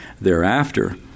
thereafter